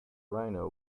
rhino